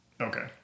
Okay